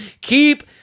Keep